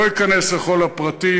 לא אכנס לכל הפרטים,